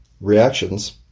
reactions